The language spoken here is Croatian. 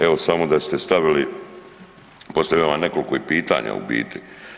Evo samo da ste stavili, postavio bi vam i nekoliko pitanja u biti.